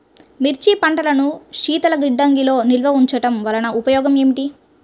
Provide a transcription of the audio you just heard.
మిర్చి పంటను శీతల గిడ్డంగిలో నిల్వ ఉంచటం వలన ఉపయోగం ఏమిటి?